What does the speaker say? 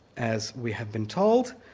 as we have been told,